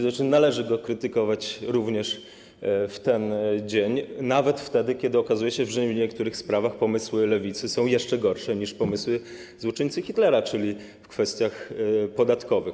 Znaczy należy go krytykować również w ten dzień, nawet wtedy, kiedy okazuje się, że w niektórych sprawach pomysły Lewicy są jeszcze gorsze niż pomysły złoczyńcy Hitlera, czyli w kwestiach podatkowych.